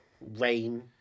Rain